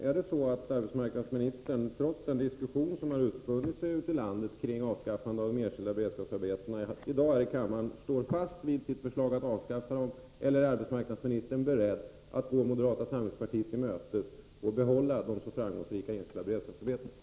Är det så att arbetsmarknadsministern, trots den diskussion som har utspunnit sig ute i landet kring avskaffandet av de enskilda beredskapsarbetena, i dag här i kammaren står fast vid sitt förslag att avskaffa dem, eller är arbetsmarknadsministern beredd att gå moderata samlingspartiet till mötes och behålla de så framgångsrika enskilda beredskapsarbetena?